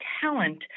talent